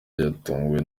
yatunguwe